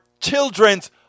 children's